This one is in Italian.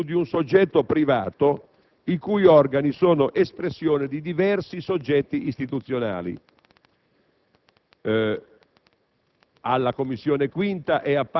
giacché interviene su un soggetto privato i cui organi sono espressione di diversi soggetti istituzionali.